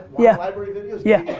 yeah library videos yeah.